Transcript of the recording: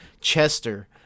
Chester